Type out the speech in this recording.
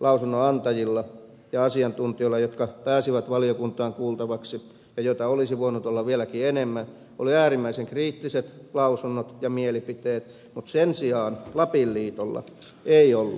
lausunnonantajilla ja asiantuntijoilla jotka pääsivät valiokuntaan kuultavaksi ja joita olisi voinut olla vieläkin enemmän oli äärimmäisen kriittiset lausunnot ja mielipiteet mutta sen sijaan lapin liitolla ei ollut